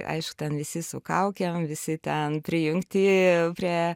aišku ten visi su kaukėm visi ten prijungti prie